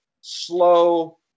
slow